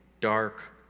dark